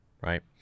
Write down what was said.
right